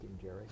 Jerry